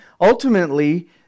Ultimately